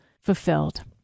fulfilled